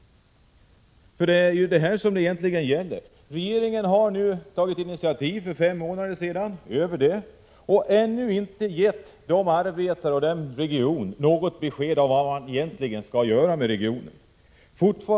Det är detta frågan egentligen gäller. Regeringen har tagit initiativ för mer än fem månader sedan, men ännu inte gett arbetarna och regionen något besked om vad man egentligen skall göra med regionen.